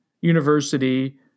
university